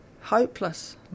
Hopeless